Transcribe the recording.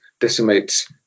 decimates